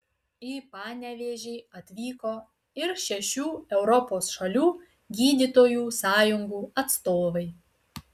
į panevėžį atvyko ir šešių europos šalių gydytojų sąjungų atstovai